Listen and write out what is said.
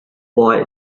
boy